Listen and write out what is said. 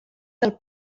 del